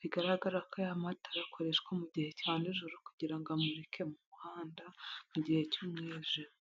bigaragara ko aya matara akoreshwa mu gihe cya nijoro kugira ngo amurike mu muhanda mu gihe cy'umwijima.